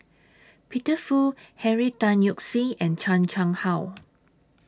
Peter Fu Henry Tan Yoke See and Chan Chang How